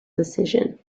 decision